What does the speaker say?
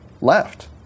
left